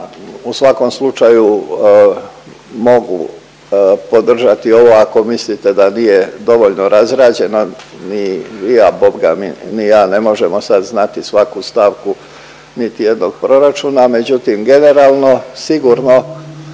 u svakom slučaju mogu podržati ovo ako mislite da nije dovoljno razrađeno…/Govornik se ne razumije./…ni ja ne možemo sad znati svaku stavku niti jednog proračuna, međutim generalno sigurno